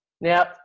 Now